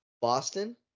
Boston